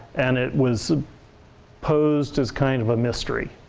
and it was posed as kind of a mystery.